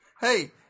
Hey